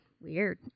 weird